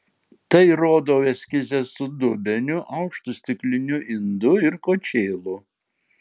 tai rodau eskize su dubeniu aukštu stikliniu indu ir kočėlu